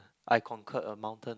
I conquer a mountain